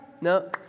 No